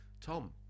Tom